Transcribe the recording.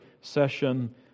session